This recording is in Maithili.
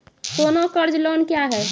सोना कर्ज लोन क्या हैं?